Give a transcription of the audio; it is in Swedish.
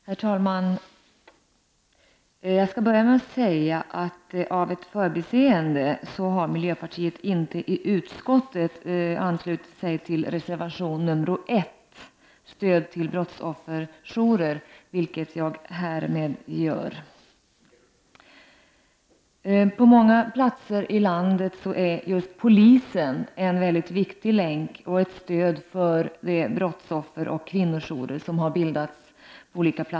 Herr talman! Jag skall börja med att säga att miljöpartiet i utskottet av ett förbiseende inte har anslutit sig till reservation nr 1 om stöd till brottsofferjourer, vilket jag härmed gör. På många platser i landet är just polisen en mycket viktig länk och ett stöd för de brottsofferoch kvinnojourer som har bildats.